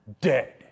Dead